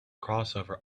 crossover